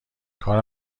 کار